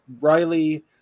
Riley